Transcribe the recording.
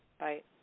right